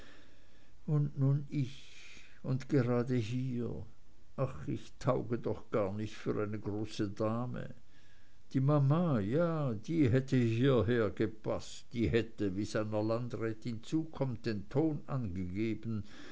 und nun ich und gerade hier ach ich tauge doch gar nicht für eine große dame die mama ja die hätte hierhergepaßt die hätte wie's einer landrätin zukommt den ton angegeben